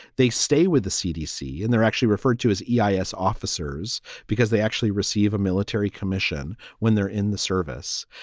they stay with the cdc and they're actually referred to as a yeah i s officers because they actually receive a military commission when they're in the service.